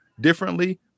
differently